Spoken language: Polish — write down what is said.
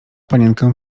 panienkę